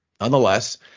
Nonetheless